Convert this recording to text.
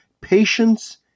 Patience